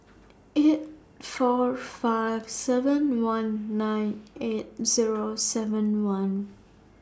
eight four five seven one nine eight Zero seven one